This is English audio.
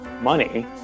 money